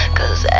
Cause